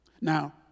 Now